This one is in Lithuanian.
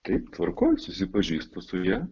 taip tvarkoj susipažįstu su ja